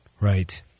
Right